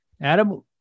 Adam